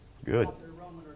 Good